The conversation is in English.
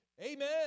Amen